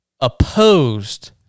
opposed